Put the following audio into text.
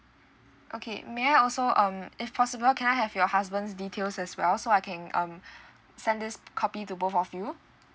okay may I also um if possible can I have your husband's details as well so I can um send this copy to both of you